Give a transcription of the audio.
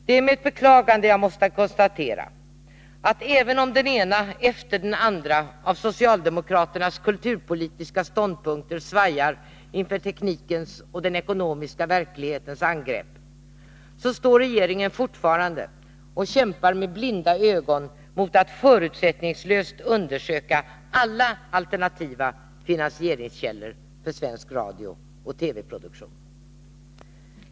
Det är med ett beklagande jag måste konstatera att även om den ena efter den andra av socialdemokraternas kulturpolitiska ståndpunkter svajar inför teknikens och den ekonomiska verklighetens angrepp, står regeringen fortfarande och kämpar med blinda ögon mot att förutsättningslöst undersöka alla alternativa finansieringskällor för svensk radiooch TV produktion.